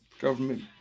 government